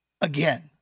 again